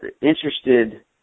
interested